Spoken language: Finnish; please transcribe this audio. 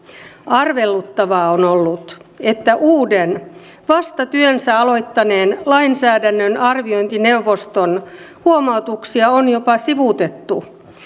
arveluttavaa on ollut että uuden vasta työnsä aloittaneen lainsäädännön arviointineuvoston huomautuksia on jopa sivuutettu